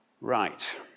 Right